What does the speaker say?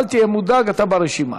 אל תהיה מודאג, אתה ברשימה.